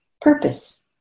Purpose